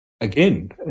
Again